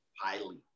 highly